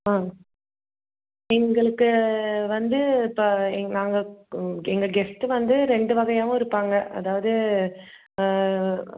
ஆ எங்களுக்கு வந்து இப்போ எங் நாங்கள் எங்கள் கெஸ்ட்டு வந்து ரெண்டு வகையாகவும் இருப்பாங்க அதாவது